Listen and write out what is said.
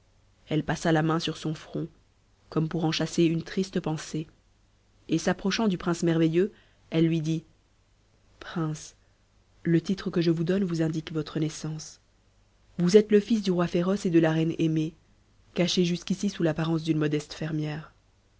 elle passa la main sur son front comme pour en chasser une triste pensée et s'approchant du prince merveilleux elle lui dit prince le titre que je vous donné vous indique votre naissance vous êtes le fils du roi féroce et de la reine aimée cachée jusqu'ici sous l'apparence d'une modeste fermière